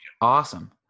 Awesome